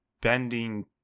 bending